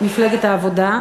מפלגת העבודה,